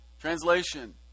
Translation